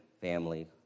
family